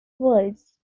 worlds